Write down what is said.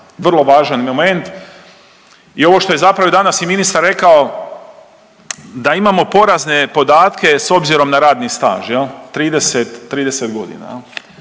Vrlo važan moment, i ovo što je zapravo danas i ministar rekao, da imamo porazne podatke s obzirom na radni staž, je li,